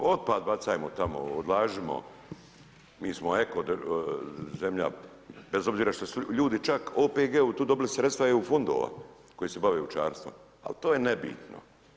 Otpad bacajmo tamo, odlažimo, mi smo eko zemlja bez obzira što su ljudi čak OPG-u tu dobili sredstva EU fondova koji se bave ovčarstvom, ali to je nebitno.